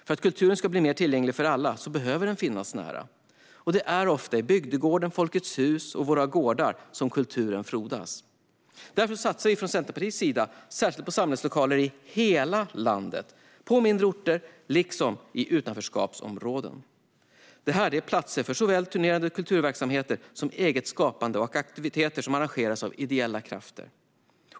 För att kulturen ska bli mer tillgänglig för alla behöver den finnas nära. Det är ofta i bygdegårdarna och på Folket Hus och Våra Gårdar som kulturen frodas. Därför satsar vi från Centerpartiets sida särskilt på samlingslokaler i hela landet - på mindre orter liksom i utanförskapsområden. Detta är platser för såväl turnerande kulturverksamheter som eget skapande och aktiviteter som arrangeras av ideella krafter.